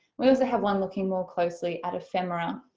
we also have one looking more closely at ephemera.